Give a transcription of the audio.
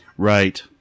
Right